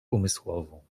umysłową